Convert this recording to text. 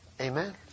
Amen